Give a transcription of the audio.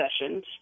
sessions